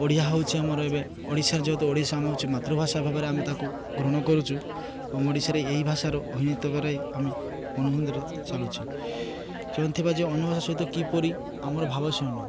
ଓଡ଼ିଆ ହେଉଛି ଆମର ଏବେ ଓଡ଼ିଶାର ଯେହେତୁ ଓଡ଼ିଶା ଆମ ହେଉଛି ମାତୃଭାଷା ଭାବରେ ଆମେ ତାକୁ ଗ୍ରହଣ କରୁଛୁ ଏବଂ ଓଡ଼ିଶାରେ ଏଇ ଭାଷାର ଭାବରେ ଆମେ ମନ ଚାଲୁଛି ଯେଉଁଥିବା ଯେ ଅନ୍ୟ ଭାଷା ସହିତ କିପରି ଆମର ଭାବ